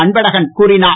அன்பழகன் கூறினார்